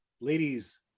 Ladies